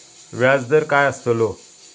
व्याज दर काय आस्तलो?